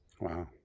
Wow